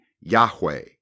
Yahweh